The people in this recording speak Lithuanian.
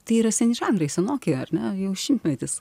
tai yra seni žanrai senoki ar ne jau šimtmetis